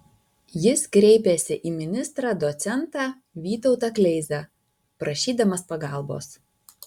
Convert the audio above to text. jis kreipėsi į ministrą docentą vytautą kleizą prašydamas pagalbos